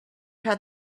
had